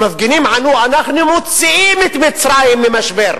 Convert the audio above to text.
המפגינים ענו: אנחנו מוציאים את מצרים ממשבר,